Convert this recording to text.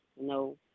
no